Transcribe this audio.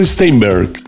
Steinberg